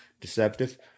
deceptive